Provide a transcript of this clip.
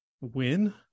win